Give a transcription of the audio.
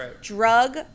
drug